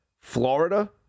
Florida